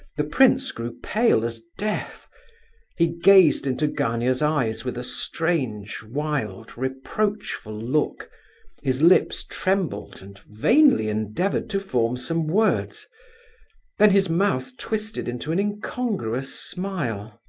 the prince grew pale as death he gazed into gania's eyes with a strange, wild, reproachful look his lips trembled and vainly endeavoured to form some words then his mouth twisted into an incongruous smile.